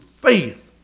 faith